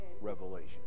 revelation